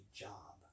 job